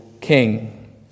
king